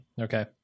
Okay